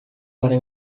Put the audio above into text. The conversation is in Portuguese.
para